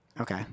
Okay